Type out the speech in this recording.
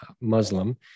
Muslim